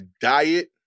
diet